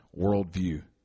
worldview